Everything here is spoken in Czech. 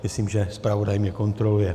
Myslím, že zpravodaj mě kontroluje.